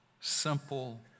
Simple